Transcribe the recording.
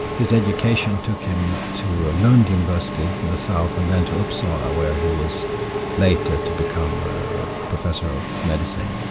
his education took him to ah lund university in the south, and then to uppsala where he was later to become professor of medicine.